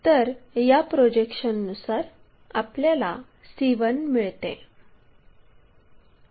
तर या प्रोजेक्शननुसार आपल्याला c1 मिळते